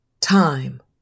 time